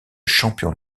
champion